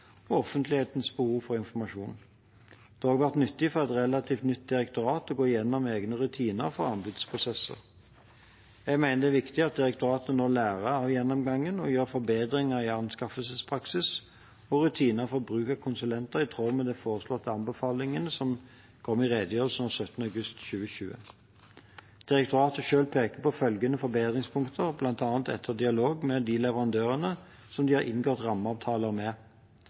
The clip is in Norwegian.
og offentlighetens behov for informasjon. Det har også vært nyttig for et relativt nytt direktorat å gå gjennom egne rutiner for anbudsprosesser. Jeg mener det er viktig at direktoratet nå lærer av gjennomgangen og gjør forbedringer i anskaffelsespraksis og rutiner for bruk av konsulenter i tråd med de foreslåtte anbefalingene som kom i redegjørelsen av 17. august 2020. Direktoratet selv peker på følgende forbedringspunkter, bl.a. etter dialog med de leverandørene som det er inngått rammeavtale med: